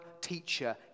teacher